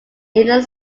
inner